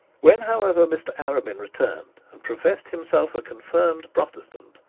when, however, mr arabin returned and professed himself a confirmed protestant,